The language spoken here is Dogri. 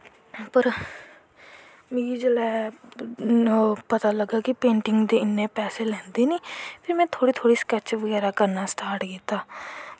पर जिसलै मिगी पता लग्गा कि पेंटिंग दे इन्नें पैसे लैंदे न फिर में थोह्ड़े थोह्ड़े स्कैच करनां शुरु कीते